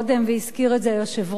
והזכיר את זה היושב-ראש,